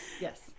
yes